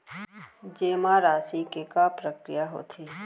जेमा राशि के का प्रक्रिया होथे?